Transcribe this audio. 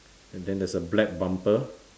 and then there's a black bumper